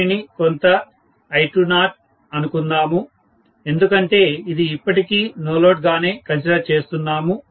దీనిని కొంత I20 అనుకుందాము ఎందుకంటే ఇది ఇప్పటికీ నో లోడ్ గానే కన్సిడర్ చేస్తున్నాము